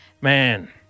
Man